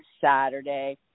Saturday